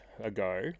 ago